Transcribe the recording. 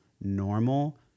normal